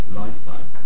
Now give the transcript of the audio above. lifetime